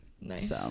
Nice